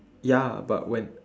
ya but when